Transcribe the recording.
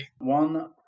One